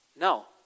No